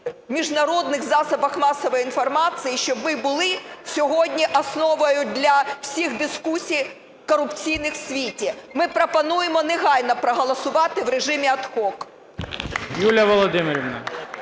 міжнародних засобах масової інформації, щоб ми були сьогодні основою для всіх дискусій корупційних у світі. Ми пропонуємо негайно проголосувати у режими ad